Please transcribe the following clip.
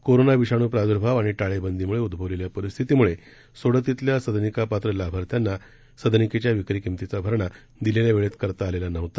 कोरोनाविषाणूप्रादु्भावआणिटाळेबंदीमुळेउद्भवलेल्यापरिस्थितीतमुळेसोडतीतीलसदनि कापात्रलाभार्थ्यांनासदनिकेच्याविक्रीकिंमतीचाभरणादिलेल्यावेळेतकरताआलेलानव्हता